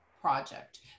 project